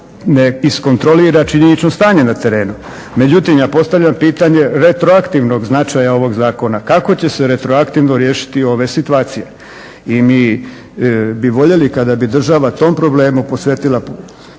ne iskontrolira činjenično stanje na terenu. Međutim, ja postavljam pitanje retroaktivno značaja ovog Zakona, kako će se retroaktivno riješiti ove situacije. I mi bi voljeli kada bi država tom problemu posvetila posebnu